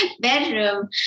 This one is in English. bedroom